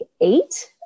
eight